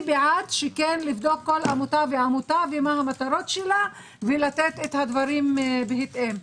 אני בעד לבדוק כל עמותה ולבדוק מה המטרות שלה ולתת את הדברים בהתאם.